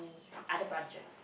other branches